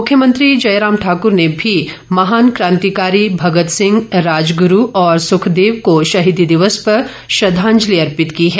मुख्यमंत्री जयराम ठाकुर ने भी महान कांतिकारी भगत सिंह राजगुरू और सुखदेव को शहीदी दिवस पर श्रद्वांजलि अर्पित की है